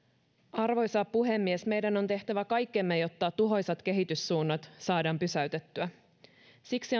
arvoisa puhemies meidän on tehtävä kaikkemme jotta tuhoisat kehityssuunnat saadaan pysäytettyä siksi